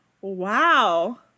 wow